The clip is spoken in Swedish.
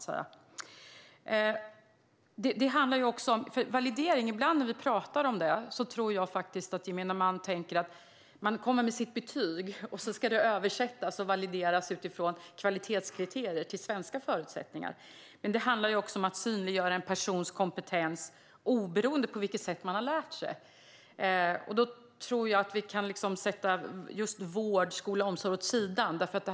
Ibland tror jag att när vi pratar om validering tänker gemene man att man lämnar över sitt betyg och att det översätts och valideras utifrån kvalitetskriterier till svenska förutsättningar. Men det handlar också om att synliggöra en persons kompetens oberoende av hur personen har lärt sig. Där kan vi sätta vård, skola och omsorg åt sidan.